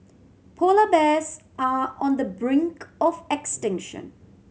polar bears are on the brink of extinction